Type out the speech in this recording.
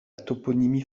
toponymie